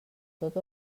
tot